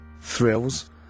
Thrills